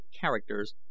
characters